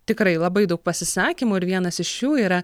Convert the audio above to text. tikrai labai daug pasisakymų ir vienas iš jų yra